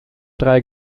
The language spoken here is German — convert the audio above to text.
drei